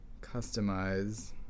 Customize